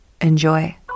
Enjoy